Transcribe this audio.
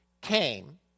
came